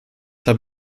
habe